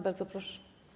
Bardzo proszę.